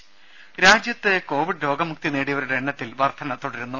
രുമ രാജ്യത്ത് കോവിഡ് രോഗ മുക്തി നേടിയവരുടെ എണ്ണത്തിൽ വർദ്ധന തുടരുന്നു